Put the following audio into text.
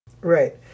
Right